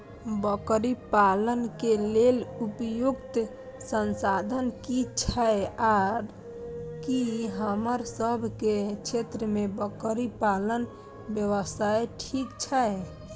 बकरी पालन के लेल उपयुक्त संसाधन की छै आर की हमर सब के क्षेत्र में बकरी पालन व्यवसाय ठीक छै?